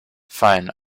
fine